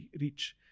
reach